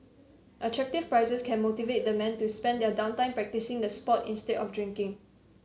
attractive prizes can motivate the men to spend their down time practising the sport instead of drinking